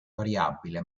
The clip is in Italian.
variabile